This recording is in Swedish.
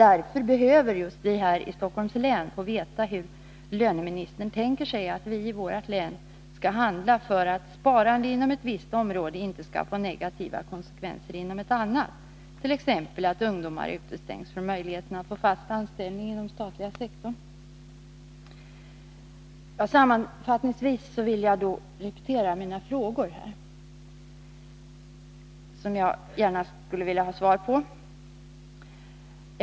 Därför behöver just vi här i Stockholms län få veta hur löneministern tänker sig att vii vårt län skall handla för att sparande inom ett visst område inte skall få negativa konsekvenser inom ett annat, t.ex. att ungdomar utestängs från möjligheten att få fast anställning inom den statliga sektorn. Sammanfattningsvis vill jag repetera mina frågor, som jag gärna skulle vilja ha svar på. 1.